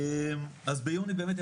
אז ביוני באמת,